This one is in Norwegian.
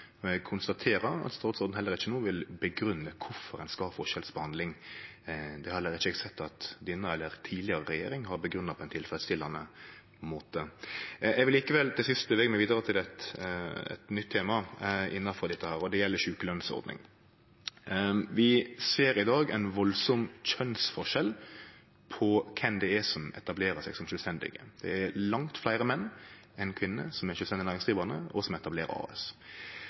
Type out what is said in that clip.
Eg konstaterer at statsråden heller ikkje no vil grunngje kvifor ein skal ha forskjellsbehandling. Det har eg heller ikkje sett at denne regjeringa eller tidlegare regjeringar har grunngjeve på ein tilfredsstillande måte. Eg vil likevel til sist bevege meg vidare til eit nytt tema her, og det gjeld sjukelønsordning. Vi ser i dag ein stor kjønnsforskjell når det gjeld kven som etablerer seg som sjølvstendig næringsdrivande. Det er langt fleire menn enn kvinner som er sjølvstendig næringsdrivande, og som etablerer